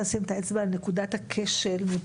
שרת ההתיישבות והמשימות הלאומיות אורית סטרוק: